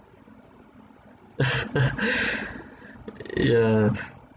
yeah